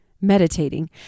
meditating